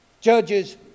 judges